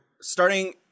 starting